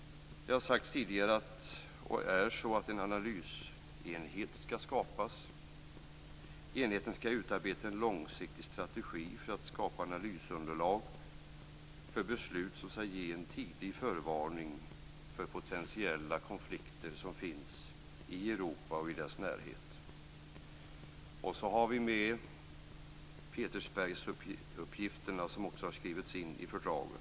Det har sagts tidigare att en analysenhet skall skapas, och så skall det också bli. Enheten skall utarbeta en långsiktig strategi för att skapa analysunderlag för beslut som skall ge en tidig förvarning för potentiella konflikter som finns i Europa och i dess närhet. Petersbergsuppgifterna finns med, och de har också skrivits in i fördraget.